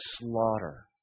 slaughter